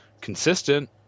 consistent